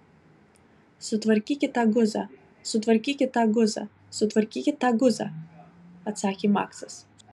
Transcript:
sutvarkykit tą guzą sutvarkykit tą guzą sutvarkykit tą guzą atsakė maksas